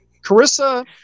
Carissa